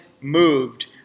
moved